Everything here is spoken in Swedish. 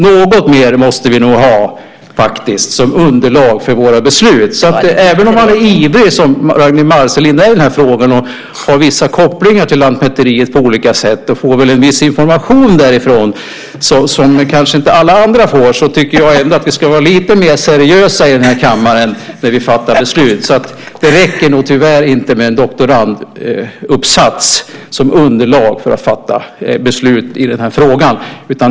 Något mer måste vi nog ha, faktiskt, som underlag för våra beslut. Även om man är ivrig, som Ragnwi Marcelind är i den här frågan, och har vissa kopplingar till lantmäteriet på olika sätt och får en viss information som kanske inte alla andra får, tycker jag att vi ska vara lite mer seriösa i den här kammaren när vi fattar beslut. Det räcker nog tyvärr inte med en doktoranduppsats som underlag för att fatta beslut i den här frågan.